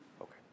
Okay